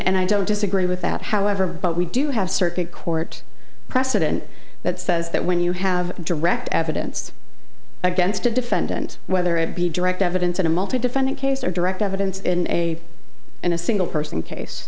i don't disagree with that however but we do have circuit court precedent that says that when you have direct evidence against a defendant whether it be direct evidence in a multi defendant case or direct evidence in a in a single person case